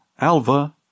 Alva